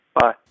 Bye